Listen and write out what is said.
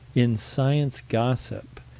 in science gossip,